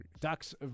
Ducks